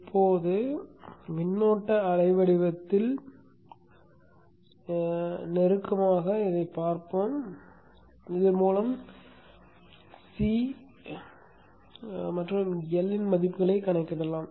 இப்போது மின்னோட்ட அலை வடிவத்தை நெருக்கமாகப் பார்ப்போம் இதன் மூலம் C மற்றும் L இன் மதிப்புகளைக் கணக்கிடலாம்